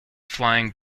flying